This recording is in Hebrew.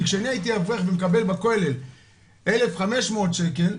כי אני הייתי אברך ומקבל בכולל אלף חמש מאות שקל,